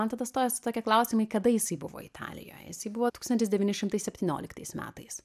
man tada stojosi tokie klausimai kada jisai buvo italijoje jisai buvo tūkstantis devyni šimtai septynioliktais metais